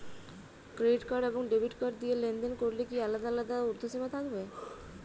Credit card এবং debit card দিয়ে লেনদেন করলে কি আলাদা আলাদা ঊর্ধ্বসীমা থাকবে?